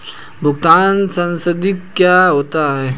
भुगतान संसाधित क्या होता है?